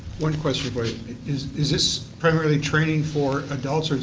one question for you. is is this primarily training for adults,